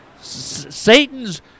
Satan's